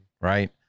right